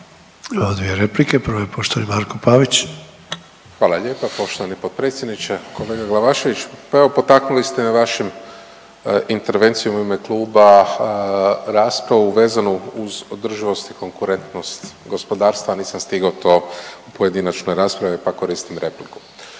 Imamo dvije replike prva je poštovani Marko Pavić. **Pavić, Marko (HDZ)** Hvala lijepa poštovani potpredsjedniče. Kolega Glavašević, pa evo potaknuli ste me vašim intervencijom u ime kluba raspravu vezanu uz održivost i konkurentnost gospodarstva, nisam stigao to u pojedinačnoj raspravi, pa koristim repliku.